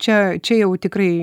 čia čia jau tikrai